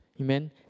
Amen